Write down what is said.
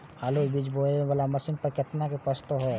आलु बीज बोये वाला मशीन पर केतना के प्रस्ताव हय?